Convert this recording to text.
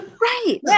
right